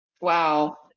Wow